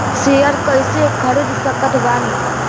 Share कइसे खरीद सकत बानी?